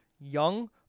Young